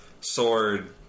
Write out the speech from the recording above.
sword